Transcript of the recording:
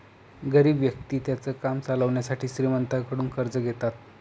गरीब व्यक्ति त्यांचं काम चालवण्यासाठी श्रीमंतांकडून कर्ज घेतात